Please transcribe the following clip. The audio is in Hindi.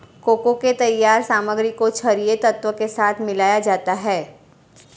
कोको के तैयार सामग्री को छरिये तत्व के साथ मिलाया जाता है